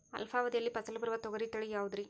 ಅಲ್ಪಾವಧಿಯಲ್ಲಿ ಫಸಲು ಬರುವ ತೊಗರಿ ತಳಿ ಯಾವುದುರಿ?